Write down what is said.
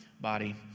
body